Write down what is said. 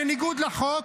בניגוד לחוק,